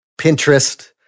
Pinterest